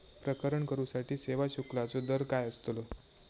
प्रकरण करूसाठी सेवा शुल्काचो दर काय अस्तलो?